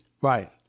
Right